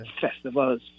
festivals